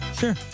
Sure